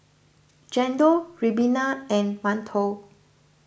Chendol Ribena and Mantou